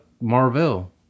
Marvel